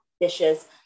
dishes